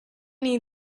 need